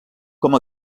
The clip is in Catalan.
com